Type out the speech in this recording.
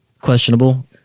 questionable